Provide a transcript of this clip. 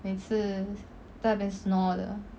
每次在那边 snore 的